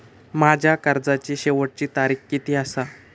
माझ्या कर्जाची शेवटची तारीख किती आसा?